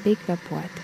bei kvėpuoti